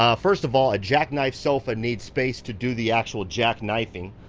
um first of all, a jackknife sofa needs space to do the actual jack knifing.